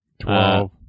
Twelve